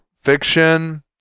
fiction